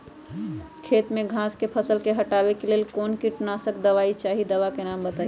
खेत में घास के फसल से हटावे के लेल कौन किटनाशक दवाई चाहि दवा का नाम बताआई?